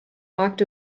markt